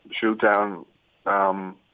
shoot-down